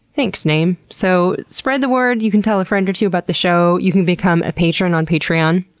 thanks, name! so, spread the word. you can tell a friend or two about the show, you can become a patron on patreon.